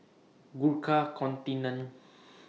Gurkha Contingent